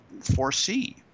foresee